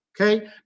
Okay